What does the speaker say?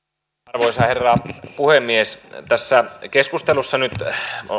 arvoisa herra puhemies tässä keskustelussa nyt